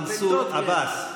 מנסור עבאס.